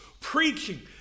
preaching